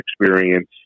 experience